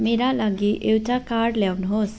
मेरा लागि एउटा कार ल्याउनुहोस्